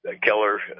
Keller